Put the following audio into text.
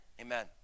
Amen